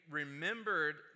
remembered